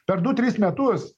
per du tris metus